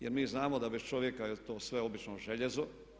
Jer mi znamo da bez čovjeka je to sve obično željezo.